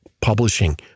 publishing